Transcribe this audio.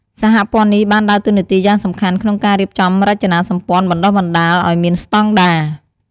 សហព័ន្ធនេះបានដើរតួនាទីយ៉ាងសំខាន់ក្នុងការរៀបចំរចនាសម្ព័ន្ធបណ្ដុះបណ្ដាលឲ្យមានស្តង់ដារ។